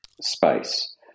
space